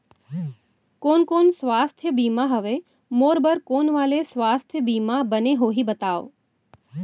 कोन कोन स्वास्थ्य बीमा हवे, मोर बर कोन वाले स्वास्थ बीमा बने होही बताव?